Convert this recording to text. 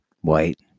white